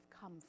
come